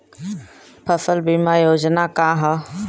फसल बीमा योजना का ह?